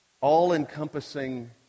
all-encompassing